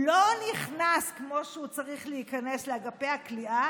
לא נכנס כמו שהוא צריך להיכנס לאגפי הכליאה